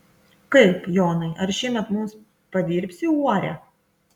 kaip jonai ar šiemet mums padirbsi uorę